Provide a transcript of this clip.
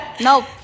No